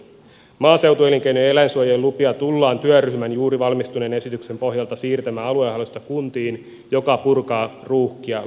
maaseutuelinkeinojen eläinsuojien lupia tullaan työryhmän juuri valmistuneen esityksen pohjalta siirtämään aluehallinnosta kuntiin mikä purkaa ruuhkia lupakäsittelyssä